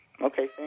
Okay